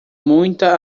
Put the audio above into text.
muita